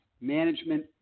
Management